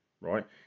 right